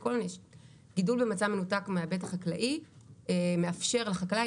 גידול במצב מנותק מההיבט החקלאי מאפשר לחקלאי